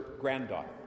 granddaughter